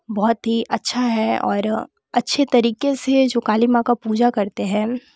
बहुत ही अच्छा है और अच्छे तरीके से जो काली माँ का पूजा करते हैं